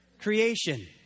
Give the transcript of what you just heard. creation